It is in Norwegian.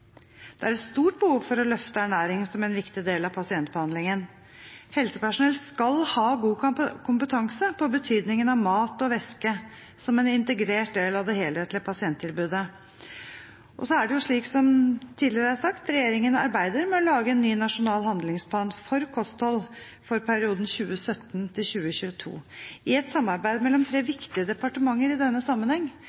Det er et stort behov for å løfte ernæring som en viktig del av pasientbehandlingen. Helsepersonell skal ha god kompetanse på betydningen av mat og væske som en integrert del av det helhetlige pasienttilbudet. Og som tidligere sagt: Regjeringen arbeider med å lage en ny nasjonal handlingsplan for kosthold for perioden 2017–2022, i et samarbeid mellom tre